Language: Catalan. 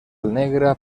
negra